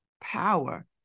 power